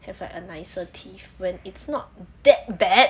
is like a nicer teeth when it's not that bad